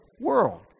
world